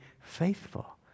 faithful